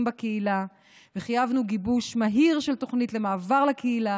בקהילה וחייבנו גיבוש מהיר של תוכנית למעבר לקהילה